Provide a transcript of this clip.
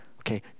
okay